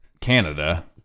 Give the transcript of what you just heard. Canada